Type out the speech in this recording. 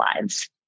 lives